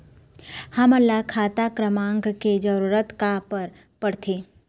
हमन ला खाता क्रमांक के जरूरत का बर पड़थे?